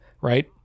Right